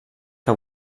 que